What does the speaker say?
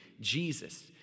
Jesus